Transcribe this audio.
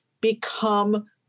become